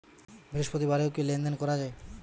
বৃহস্পতিবারেও কি লেনদেন করা যায়?